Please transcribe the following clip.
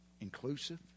inclusive